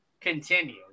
continue